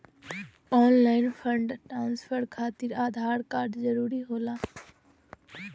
Online fund transfer खातिर Aadhaar card जरूरी होला?